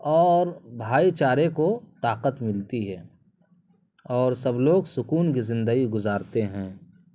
اور بھائی چارے کو طاقت ملتی ہے اور سب لوگ سکون کی زندگی گزارتے ہیں